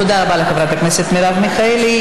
תודה רבה לחברת הכנסת מרב מיכאלי.